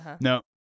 No